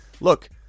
Look